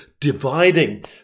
dividing